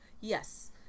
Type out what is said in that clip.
yes